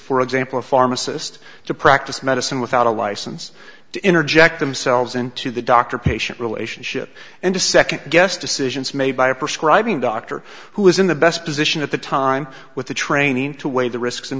for example a pharmacist to practice medicine without a license to interject themselves into the doctor patient relationship and to second guess decisions made by a prescribe a doctor who is in the best position at the time with the training to weigh the risks and